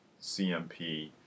cmp